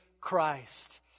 Christ